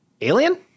Alien